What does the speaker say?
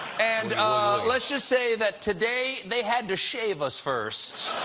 and let's just say that today, they had to shave us first.